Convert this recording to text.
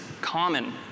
common